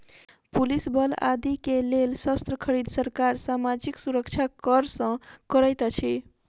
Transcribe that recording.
police बल आदि के लेल शस्त्र खरीद, सरकार सामाजिक सुरक्षा कर सँ करैत अछि